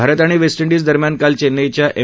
भारत आणि West Indies दरम्यान काल चेन्नईच्या एम